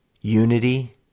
unity